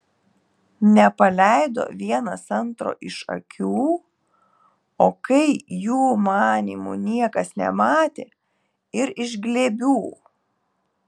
nepaleido vienas antro iš akių o kai jų manymu niekas nematė ir iš glėbių